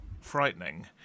frightening